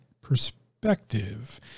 perspective